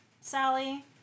Sally